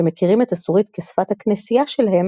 שמכירים את הסורית כשפת הכנסייה שלהם